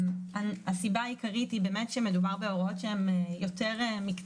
הסיבה העיקרית היא שמדובר בהוראות יותר מקצועיות